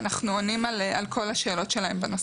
ואנחנו עונים על כל השאלות שלהם בנושא הזה.